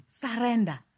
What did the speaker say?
Surrender